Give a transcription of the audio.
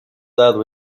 dado